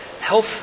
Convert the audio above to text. health